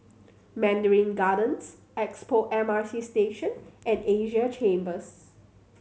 Mandarin Gardens Expo M R T Station and Asia Chambers